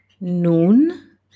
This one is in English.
Nun